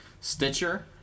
Stitcher